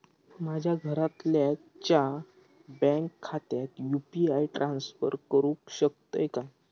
माझ्या घरातल्याच्या बँक खात्यात यू.पी.आय ट्रान्स्फर करुक शकतय काय?